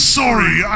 sorry